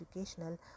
educational